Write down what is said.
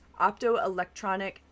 optoelectronic